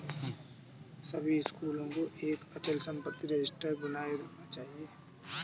सभी स्कूलों को एक अचल संपत्ति रजिस्टर बनाए रखना चाहिए